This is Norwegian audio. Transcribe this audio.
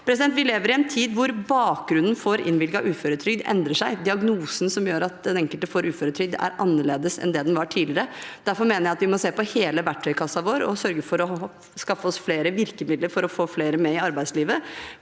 Vi lever i en tid hvor bakgrunnen for innvilget uføretrygd endrer seg. Diagnosen som gjør at den enkelte får uføretrygd, er annerledes enn den var tidligere. Derfor mener jeg at vi må se på hele verktøykassen vår og sørge for å skaffe oss flere virkemidler for å få flere med i arbeidslivet,